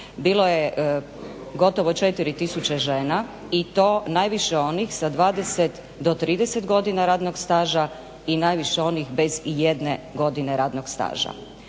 bilo je gotovo 4 tisuće žena i to najviše onih sa 20 do 30 godina radnog staža i najviše onih bez ijedne godine radnog staža.